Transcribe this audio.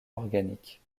organique